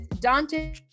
Dante